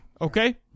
okay